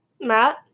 Matt